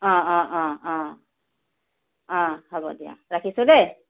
অ অ অ অ অ হ'ব দিয়া ৰাখিছোঁ দেই